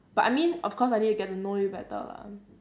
but I mean of course I need to get to know you better lah